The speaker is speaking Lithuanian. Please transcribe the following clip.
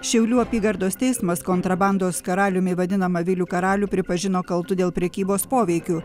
šiaulių apygardos teismas kontrabandos karaliumi vadinamą vilių karalių pripažino kaltu dėl prekybos poveikių